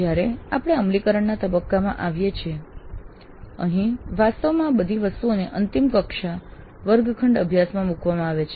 જ્યારે આપણે અમલીકરણના તબક્કામાં આવીએ છીએ અહીં વાસ્તવમાં આ બધી વસ્તુઓને અંતિમ કક્ષા વર્ગખંડ અભ્યાસમાં મૂકવામાં આવે છે